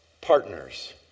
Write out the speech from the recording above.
partners